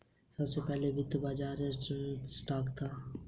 सबसे पहला वित्तीय बाज़ार एम्स्टर्डम स्टॉक था